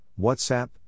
WhatsApp